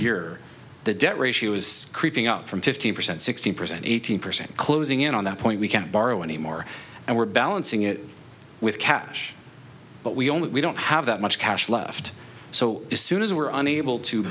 year the debt ratio is creeping up from fifteen percent sixteen percent eighteen percent closing in on that point we can't borrow anymore and we're balancing it with cash but we only we don't have that much cash left so as soon as we're able to